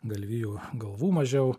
galvijų galvų mažiau